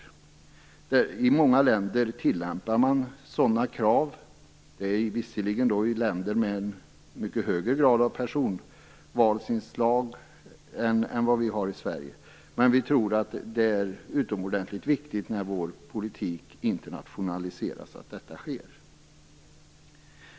I många länder tillämpas sådana krav. Det gäller visserligen länder med en mycket högre grad av personvalsinslag än vad vi har i Sverige, men vi i Vänsterpartiet tror att det är utomordentligt viktigt att detta sker när Sveriges politik internationaliseras.